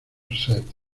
set